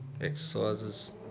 exercises